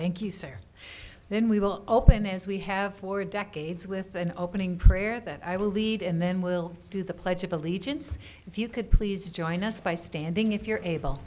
thank you sir then we will open as we have for decades with an opening prayer that i will lead and then we'll do the pledge of allegiance if you could please join us by standing if you're able